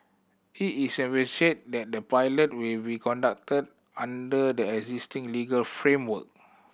it is envisaged that the pilot will be conducted under the existing legal framework